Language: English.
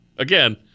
Again